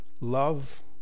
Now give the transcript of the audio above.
love